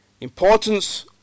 importance